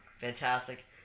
fantastic